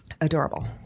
Adorable